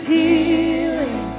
healing